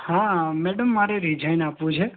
હા મેડમ મારે રિઝાઇન આપવું છે